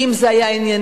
כי אם זה היה ענייני,